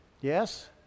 Yes